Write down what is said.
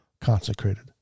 consecrated